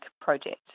project